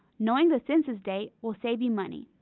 knowing the census date will save you money.